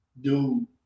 Dude